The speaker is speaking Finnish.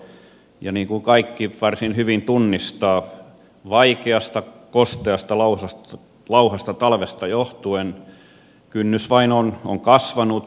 niin kuin kaikki varsin hyvin tunnistavat vaikeasta kosteasta ja lauhasta talvesta johtuen kynnys vain on kasvanut